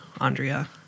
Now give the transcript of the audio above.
Andrea